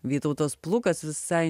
vytautas plukas visai